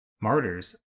Martyrs